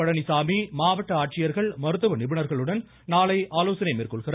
பழனிசாமி மாவட்ட ஆட்சியர்கள் மருத்துவ நிபுணர்களுடன் நாளை ஆலோசனை மேற்கொள்கிறார்